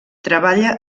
treballa